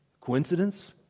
Coincidence